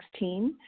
2016